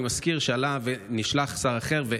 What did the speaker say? אני מזכיר שעלה ונשלח שר אחר.